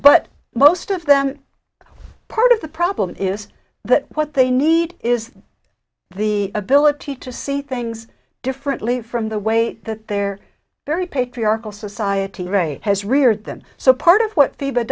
but most of them part of the problem is that what they need is the ability to see things differently from the way that their very patriarchal society ray has reared them so part of what fee